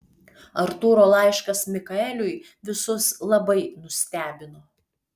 artūro laiškas mikaeliui visus labai nustebino